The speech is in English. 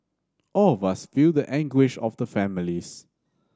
all of us feel the anguish of the families